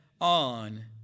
on